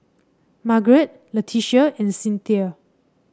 Margeret Leticia and Cynthia